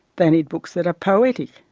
they need books that are poetic,